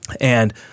and-